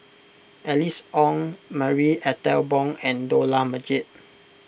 Alice Ong Marie Ethel Bong and Dollah Majid